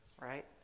right